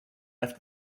left